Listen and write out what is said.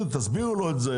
תסבירו לו את זה.